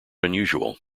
unusual